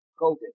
COVID